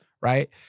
Right